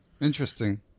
Interesting